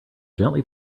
gently